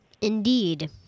Indeed